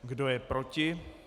Kdo je proti?